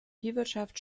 viehwirtschaft